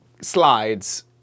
slides